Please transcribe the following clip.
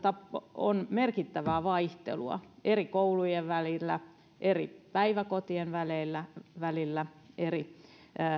on merkittävää vaihtelua eri koulujen välillä eri päiväkotien välillä välillä ja eri